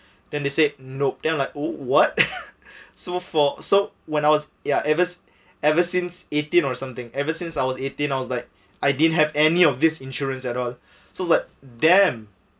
then they said nope then I like oh what so for so when I was ya evers ever since eighteen or something ever since I was eighteen I was like I didn't have any of this insurance at all so like damn